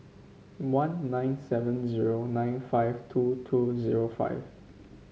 one nine seven zero nine five two two zero five